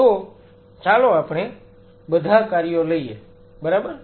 તો ચાલો આપણે બધા કાર્યો લઈએ બરાબર